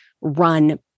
run